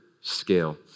scale